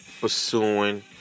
pursuing